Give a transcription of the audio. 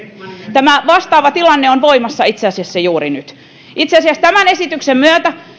tämä vastaava tilanne on voimassa itse asiassa juuri nyt itse asiassa tämän esityksen myötä